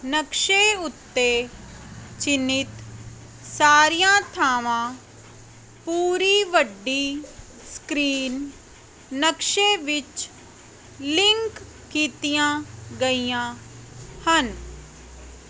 ਨਕਸ਼ੇ ਉੱਤੇ ਚਿੰਨ੍ਹਿਤ ਸਾਰੀਆਂ ਥਾਵਾਂ ਪੂਰੀ ਵੱਡੀ ਸਕ੍ਰੀਨ ਨਕਸ਼ੇ ਵਿੱਚ ਲਿੰਕ ਕੀਤੀਆਂ ਗਈਆਂ ਹਨ